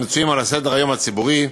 המצויים על סדר-היום הציבורי,